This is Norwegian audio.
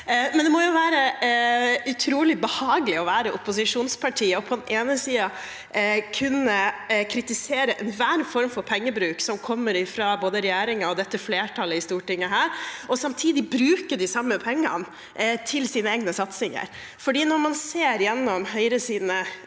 i. Det må være utrolig behagelig å være opposisjonsparti og på den ene siden kunne kritisere enhver form for pengebruk som kommer fra både regjeringen og dette flertallet i Stortinget, og samtidig bruke de samme pengene til sine egne satsinger, for når man ser igjennom Høyres